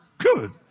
Good